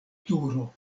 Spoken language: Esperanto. turo